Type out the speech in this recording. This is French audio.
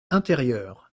intérieures